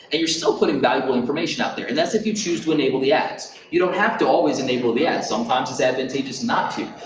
and you're still putting valuable information out there, and that's if you choose to enable the ads. you don't have to always enable the ads. sometimes it's advantageous not to.